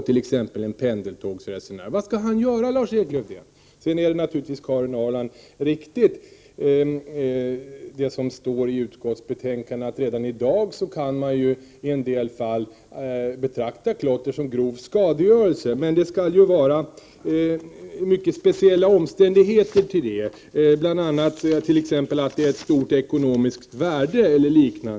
Vad skall han göra, Lars-Erik Lövdén? Det som står i utskottsbetänkandet om att man redan i dag kan betrakta en del klotter som grov skadegörelse är naturligtvis riktigt, Karin Ahrland. Men det skall ju vara mycket speciella omständigheter för detta, t.ex. att det rör stora ekonomiska värden.